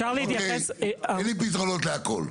אין לי פתרונות להכל.